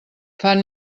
fan